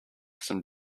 some